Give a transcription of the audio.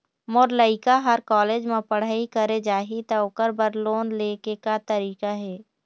मोर लइका हर कॉलेज म पढ़ई करे जाही, त ओकर बर लोन ले के का तरीका हे?